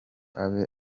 abe